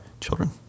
Children